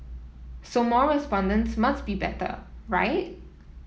so more respondents must be better right